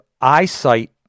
eyesight